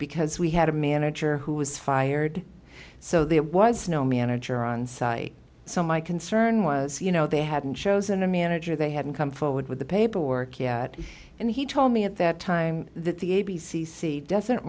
because we had a manager who was fired so there was no manager on site so my concern was you know they hadn't chosen a manager they hadn't come forward with the paperwork yet and he told me at that time that the a b c c doesn't